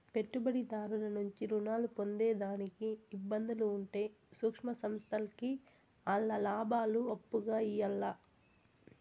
పెట్టుబడిదారుల నుంచి రుణాలు పొందేదానికి ఇబ్బందులు ఉంటే సూక్ష్మ సంస్థల్కి ఆల్ల లాబాలు అప్పుగా ఇయ్యాల్ల